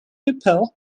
pupil